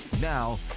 now